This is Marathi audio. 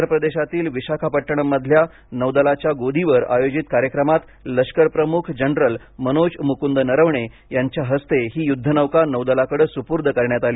आंध्र प्रदेशातील विशाखापट्टणममधल्या नौदलाच्या गोदीवर आयोजित कार्यक्रमात लष्कर प्रमुख जनरल मनोज मुकुंद नरवणे यांच्या हस्ते ही युद्धनौका नौदलाकडे सुपूर्द करण्यात आली